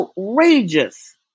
outrageous